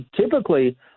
typically –